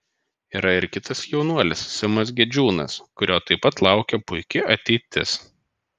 yra ir kitas jaunuolis simas gedžiūnas kurio taip pat laukia puiki ateitis